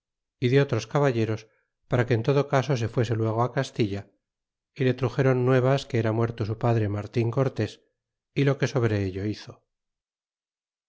y de otros caballeros para que en todo caso se fuese luego castilla y le ti memo nuevas que era muerto su padre martin cortes y lo que sobre ello hizo